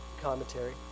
commentary